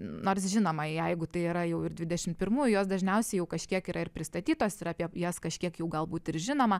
nors žinoma jeigu tai yra jau ir dvidešimt pirmųjų jos dažniausiai jau kažkiek yra ir pristatytos ir apie jas kažkiek jau galbūt ir žinoma